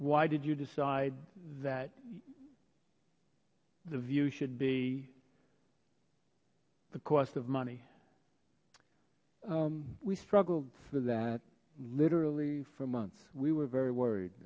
why did you decide that the view should be the cost of money we struggled for that literally four months we were very worried